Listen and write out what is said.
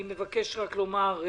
אני מבקש לומר: